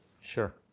Sure